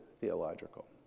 theological